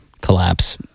collapse